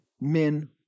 men